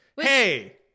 Hey